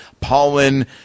pollen